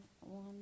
one